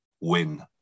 win